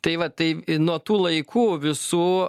tai va tai nuo tų laikų visų